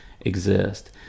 exist